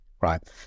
Right